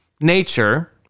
nature